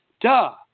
Duh